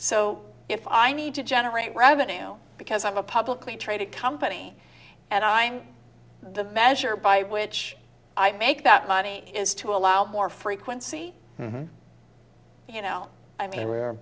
so if i need to generate revenue because i'm a publicly traded company and i'm the measure by which i make that money is to allow more frequency you know i mean we're